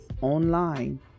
online